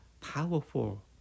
powerful